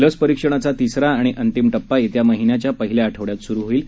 लस परिक्षणाचा हा तिसरा आणि अंतिम टप्पा येत्या महिन्याच्या पहिल्या आठवड्यात सुरु होईल